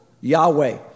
Yahweh